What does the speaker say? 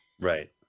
Right